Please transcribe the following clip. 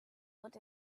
what